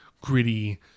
gritty